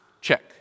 check